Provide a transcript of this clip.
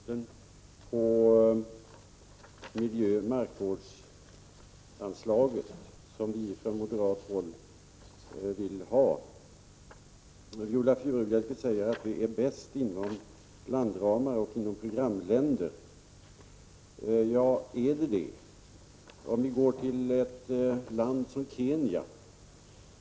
Herr talman! Jag kan i stort instämma i Viola Furubjelkes anförande, men jag vill ge några kommentarer till hennes synpunkter på anslaget för miljöoch markvård, som vi moderater vill återinföra. Viola Furubjelke säger att detta område bäst tillgodoses genom att medel anslås via landramarna till programländer. Men är det verkligen så? Vi kan se på ett land som Kenya.